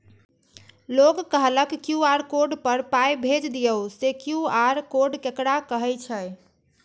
लोग कहलक QR code पर पाय भेज दियौ से क्यू.आर कोड ककरा कहै छै?